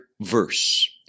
verse